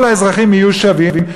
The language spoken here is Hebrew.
כל האזרחים יהיו שווים.